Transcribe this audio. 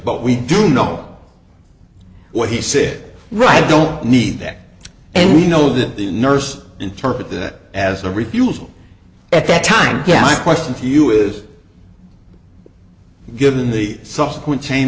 but we do know what he said right don't need that and we know that the nurse interpret that as a refusal at that time gallic question to you is given the subsequent chain